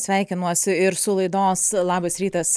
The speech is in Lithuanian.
sveikinuosi ir su laidos labas rytas